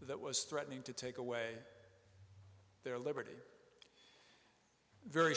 that was threatening to take away their liberty very